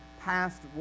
past